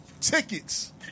tickets